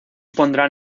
pondrán